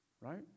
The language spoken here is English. right